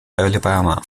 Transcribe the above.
alabama